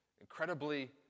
incredibly